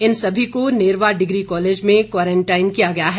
इन सभी को Nerwa degree college में क्वारंटाइन किया गया है